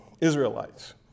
Israelites